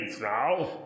now